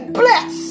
bless